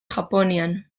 japonian